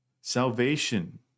Salvation